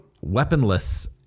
weaponless